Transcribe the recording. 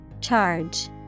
Charge